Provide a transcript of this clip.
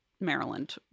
Maryland